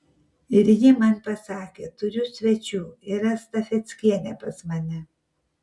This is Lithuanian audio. ir ji man pasakė turiu svečių yra stafeckienė pas mane